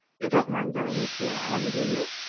you don't mind going with heer allan, do you?